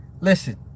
Listen